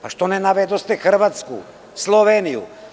Zašto ne navedoste Hrvatsku, Sloveniju?